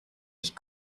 ich